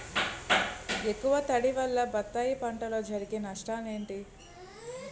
ఎక్కువ తడి వల్ల బత్తాయి పంటలో జరిగే నష్టాలేంటి?